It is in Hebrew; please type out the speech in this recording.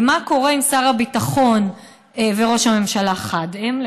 ומה קורה אם שר הביטחון וראש הממשלה חד הם,